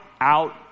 out